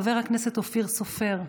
חבר הכנסת אופיר סופר,